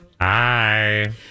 Hi